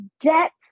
depth